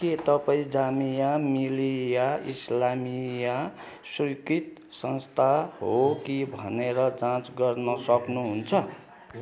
के तपाईँ जामिया मिलिया इस्लामिया स्वीकृत संस्था हो कि भनेर जाँच गर्न सक्नुहुन्छ